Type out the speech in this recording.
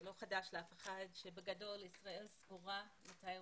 זה לא חדש לאף אחד שבגדול ישראל סגורה לתיירות